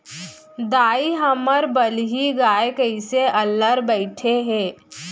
दाई, हमर बलही गाय कइसे अल्लर बइठे हे